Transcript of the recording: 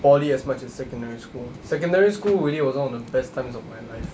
poly as much as secondary school secondary school really was one of the best times of my life